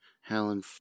helen